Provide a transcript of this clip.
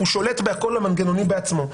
הוא שולט בכל המנגנונים בעצמו.